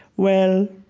well,